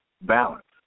balance